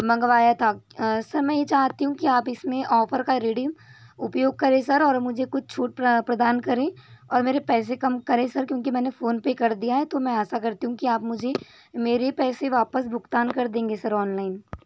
मँगवाया था सर मैं ये चाहती हूँ आप इसमे ऑफर का रिडीम उपयोग करें सर और मुझे कुछ छूट प्रदान करें और मेरे पैसे कम करें सर क्योंकि मैंने फोन पे कर दिया है तो मैं ऐसा करती हूँ कि आप मुझे मेरे पैसे वापस भुगतान कर देंगे सर ऑनलाइन